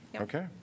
Okay